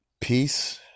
peace